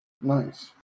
Nice